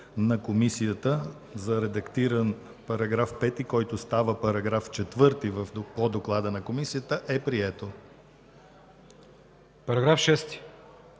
Параграф 33